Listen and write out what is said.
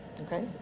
Okay